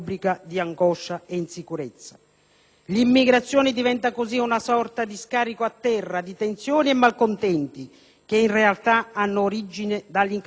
L'immigrazione diventa così una sorta di scarico a terra di tensioni e malcontenti che, in realtà, hanno origine dall'incapacità di dare risposte credibili